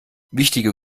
wichtige